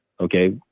Okay